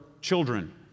children